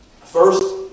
First